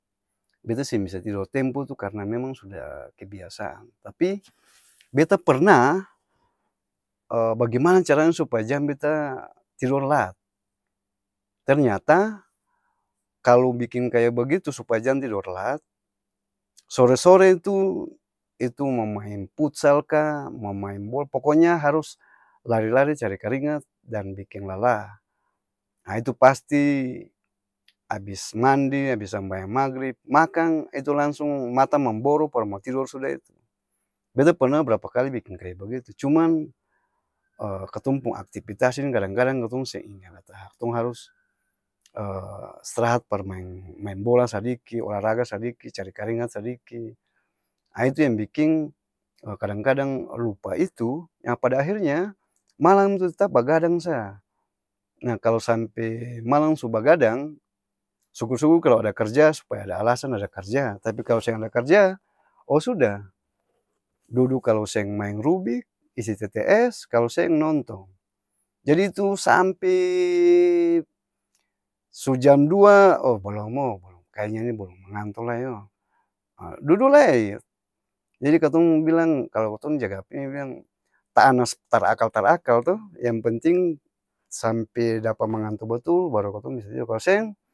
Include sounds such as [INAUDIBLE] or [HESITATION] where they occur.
Beta seng bisa tidor tempo tu karna memang suda kebiasaan tapi, [NOISE] beta pernah, [HESITATION] bagemana cara nya supaya jang beta tidor lat ternyata, kalo biking bagitu supaya jang tidor lat, sore-sore itu itu-mo maeng putsal kaa, mo maeng bola poko nya harus lari-lari cari keringat dan biking lala, ha itu pasti abis mandi abis sambayang magrib makang, itu langsung mata mamboro par mo tidor suda itu, beta perna berapa kali biking kaya begitu, cuman [HESITATION] katong pung aktipitas ini kadang-kadang katong seng inga kata katong harus, [HESITATION] s'trahat par maeng maeng-bola sadiki, olaraga sadiki, cari karingat sadiki, ha itu yang biking, kadang-kadang lupa itu, yang pada ahir nya, malam tu tetap bagadang saa nah kalo sampe malang su bagadang, sukur-sukur kalo ada karja supaya ada alasan ada karja tapi kalo seng ada karja, oo suda, dudu kalo seng maeng rubik, isi tts, kalo seng nontong. Jadi tu sampee su jam dua, o balom o balom kaya nya ini balom manganto lai o, aa dudu lai, jadi katong bilang kalo katong jaga apa ini bilang ta'anas tar akal- tar akal to yang penting, sampe dapa manganto batul baru katong bisa tidor kalo seng.